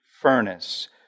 furnace